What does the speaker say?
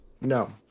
No